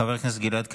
חבר הכנסת גלעד קריב,